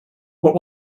what